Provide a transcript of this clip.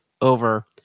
over